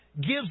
gives